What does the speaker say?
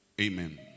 Amen